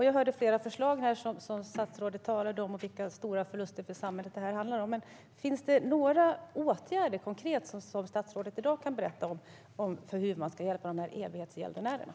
Jag hörde statsrådet tala om flera förslag och om de stora förlusterna för samhället, men finns det några konkreta åtgärder för att hjälpa evighetsgäldenärerna som statsrådet kan berätta om i dag?